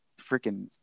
freaking